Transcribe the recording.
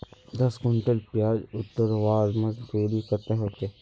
दस कुंटल प्याज उतरवार मजदूरी कतेक होचए?